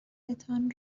تان